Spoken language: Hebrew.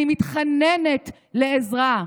אני מתחננת לעזרה.